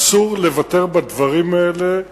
אסור לוותר בדברים האלה.